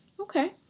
Okay